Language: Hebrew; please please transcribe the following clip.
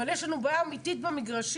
אבל יש לנו בעיה אמיתית במגרשים,